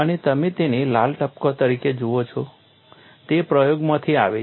અને તમે જેને લાલ ટપકાં તરીકે જુઓ છો તે પ્રયોગમાંથી આવે છે